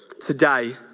today